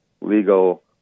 legal